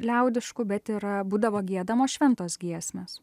liaudiškų bet yra būdavo giedamos šventos giesmės